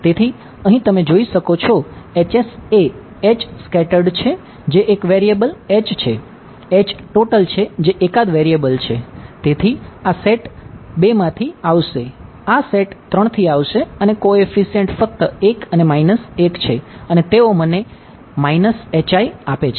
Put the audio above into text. તેથી અહીં તમે જોઈ શકો છો એ H સ્કેટર્ડ 3 થી આવશે અને કોએફિસિઅંટ ફક્ત 1 અને 1 છે અને તેઓ મને આપે છે